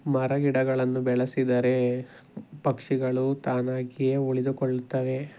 ಮರ ಗಿಡಗಳನ್ನು ಬೆಳೆಸಿದರೆ ಪಕ್ಷಿಗಳು ತಾನಾಗಿಯೇ ಉಳಿದುಕೊಳ್ಳುತ್ತವೆ